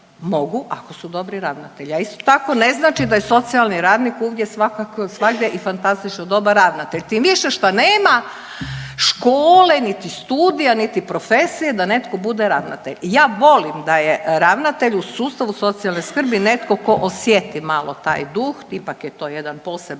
mogu ako su dobri ravnatelji. A isto tako ne znači da je socijalni radnik svagdje i fantastično dobar ravnatelj tim više što nema škole, niti studija, niti profesije da netko bude ravnatelj. Ja volim da je ravnatelj u sustavu socijalne skrbi netko tko osjeti malo taj duh. Ipak je to jedan poseban